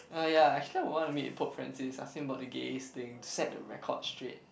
oh ya actually I want to meet with Pope-Francis ask him about the gay's thing set the record straight